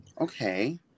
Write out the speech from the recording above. Okay